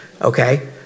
Okay